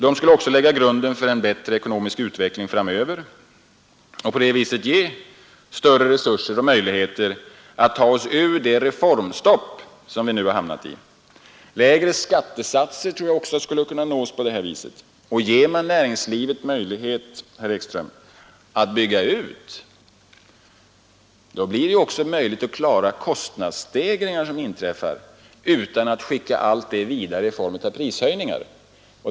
De skulle också lägga grunden för en bättre ekonomisk utveckling framöver och på det viset ge större resurser och möjligheter att ta oss ur det reformstopp som vi nu har hamnat i. Lägre skattesatser tror vi också skulle kunna nås. Ger man näringslivet möjlighet till utbyggnader, herr Ekström, blir det också möjligt att klara kostnadsstegringar som inträffar utan att skicka allt detta vidare i form av prishöjningar.